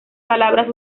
palabras